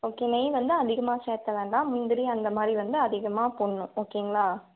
okay நெய் வந்து அதிகமாக சேர்க்க வேண்டாம் முந்திரி அந்த மாதிரி வந்து அதிகமாக போடணும் ஓகேங்களா